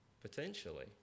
potentially